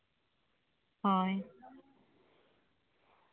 ᱦᱳᱭ